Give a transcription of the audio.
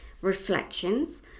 reflections